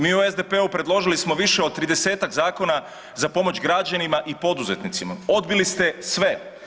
Mi u SDP-u predložili smo više od 30-tak zakona za pomoć građanima i poduzetnicima, odbili ste sve.